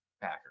Packer